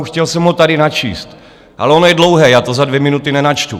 Chtěl jsem ho tady načíst, ale ono je dlouhé, já to za dvě minuty nenačtu.